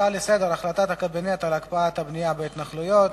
הנושא הבא: החלטת הקבינט על הקפאת הבנייה בהתנחלויות,